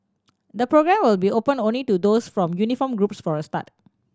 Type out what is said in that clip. the programme will be open only to those from uniformed groups for a start